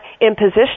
imposition